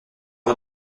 est